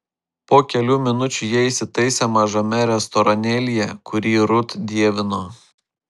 po kelių minučių jie įsitaisė mažame restoranėlyje kurį rut dievino